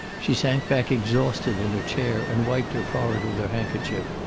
she sank back exhausted in her chair and wiped her forehead with her handkerchief.